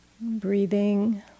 Breathing